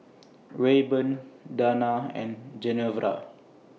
Rayburn Dana and Genevra